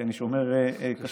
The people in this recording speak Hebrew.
כי אני שומר כשרות,